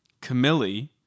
camille